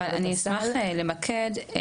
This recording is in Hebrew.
אני אשמח למקד ולשאול,